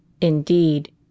Indeed